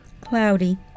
cloudy